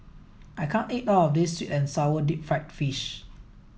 I can't eat all of this sweet and sour deep fried fish